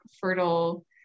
fertile